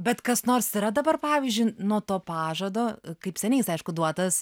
bet kas nors yra dabar pavyzdžiui nuo to pažado kaip seniai jis aišku duotas